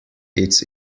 its